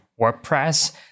WordPress